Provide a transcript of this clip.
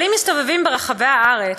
אבל אם מסתובבים ברחבי הארץ,